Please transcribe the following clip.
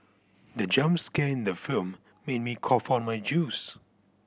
the jump scare in the film made me cough out my juice